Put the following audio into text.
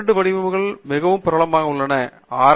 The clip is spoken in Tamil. இரண்டு வடிவங்கள் மிகவும் பிரபலமாக உள்ளன ஆர்